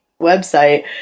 website